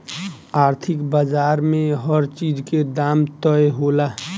आर्थिक बाजार में हर चीज के दाम तय होला